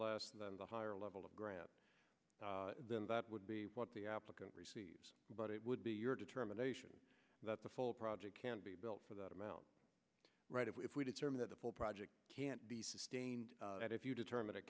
last the higher level of grant then that would be what the applicant but it would be your determination that the full project can be built for that amount right if we determine that the full project can't be sustained and if you determine it